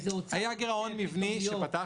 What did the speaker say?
איזה הוצאה --- היה גירעון מבני שפתחנו.